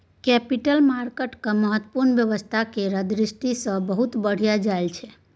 capital market केर महत्व अर्थव्यवस्था केर दृष्टि सँ बहुत बढ़ि जाइ छै